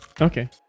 Okay